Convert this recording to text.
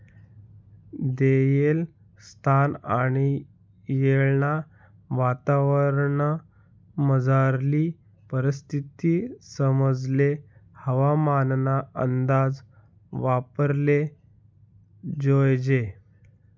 देयेल स्थान आणि येळना वातावरणमझारली परिस्थिती समजाले हवामानना अंदाज वापराले जोयजे